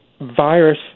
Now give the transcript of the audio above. virus